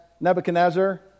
Nebuchadnezzar